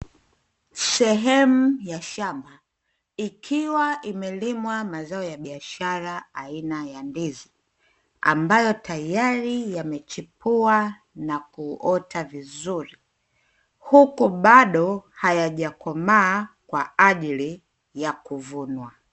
Sehemu ya shamba, ikiwa imelimwa mazao ya biashara aina ya ndizi, ambayo tayari yamechipua na kuota vizuri, huku bado hayajakomaa kwa ajili ya kuvunwa.